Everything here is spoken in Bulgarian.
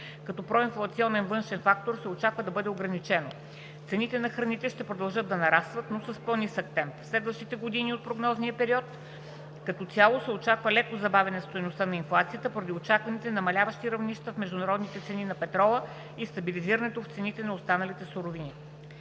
като проинфлационен външен фактор, се очаква да бъде ограничено. Цените на храните ще продължат да нарастват, но с по-нисък темп. В следващите години от прогнозния период като цяло се очаква леко забавяне в стойностите на инфлация поради очакваните намаляващи равнища в международните цени на петрола и стабилизирането в цените на останалите суровини.